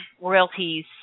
royalties